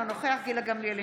אינו נוכח גילה גמליאל,